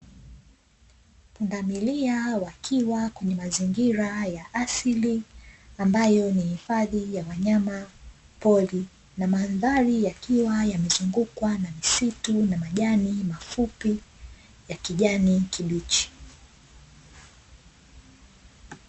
Punda milia wakiwa kwenye mazingira ya asili ambayo ni hifadhi ya wanyama pori, na mandhari yakiwa yamezungukwa na misitu na majani mafupi ya kijani kibichi.